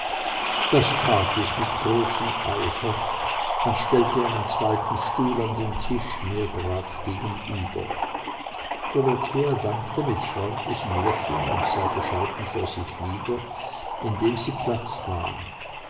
das tat ich mit großem eifer und stellte einen zweiten stuhl an den tisch mir gerade gegenüber dorothea dankte mit freundlichem lächeln und sah bescheiden vor sich nieder indem sie platz nahm